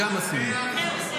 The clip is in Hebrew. גם את זה עשינו.